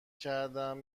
کردم